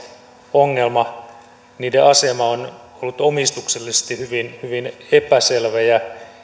ongelma niiden asema on ollut omistuksellisesti hyvin hyvin epäselvä ja